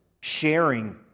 sharing